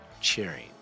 cheering